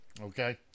Okay